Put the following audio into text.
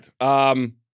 right